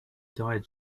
died